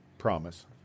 promise